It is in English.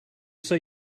say